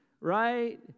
right